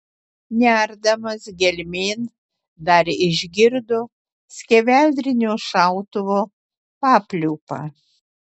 nerdamas gelmėn dar išgirdo skeveldrinio šautuvo papliūpą